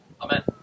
Amen